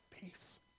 peace